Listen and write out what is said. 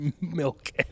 milk